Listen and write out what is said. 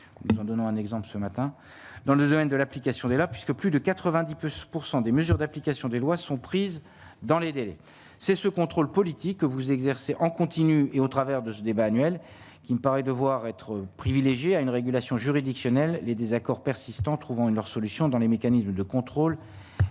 nous en donnons un exemple ce matin dans le domaine de l'application des là puisque plus de 90 plus pourcent des mesures d'application des lois sont prises dans les délais, c'est ce contrôle politique que vous exercez en continu et au travers de ce débat annuel qui me paraît devoir être privilégiée à une régulation juridictionnel les désaccords persistants trouveront-ils leur solution dans les mécanismes de contrôle